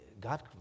God